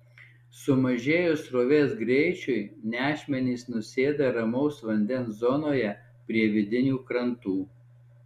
sumažėjus srovės greičiui nešmenys nusėda ramaus vandens zonoje prie vidinių krantų